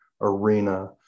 arena